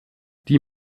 die